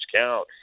count